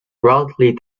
roughly